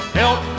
help